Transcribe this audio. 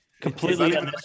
Completely